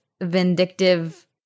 vindictive